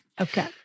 Okay